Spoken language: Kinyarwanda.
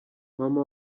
mama